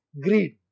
greed